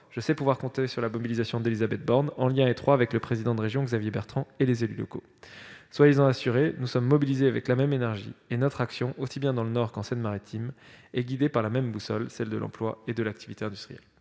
je sais pouvoir compter sur la mobilisation d'Élisabeth Borne, en liaison étroite avec le président de région, Xavier Bertrand, et les élus locaux. Soyez-en assurés, mesdames, messieurs les sénateurs, nous sommes mobilisés avec la même énergie, et notre action, aussi bien dans le Nord qu'en Seine-Maritime est guidée par la même boussole : celle de l'emploi et l'activité industrielle.